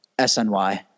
SNY